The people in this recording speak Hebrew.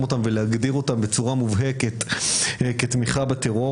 אותם ולהגדיר אותם בצורה מובהקת כתמיכה בטרור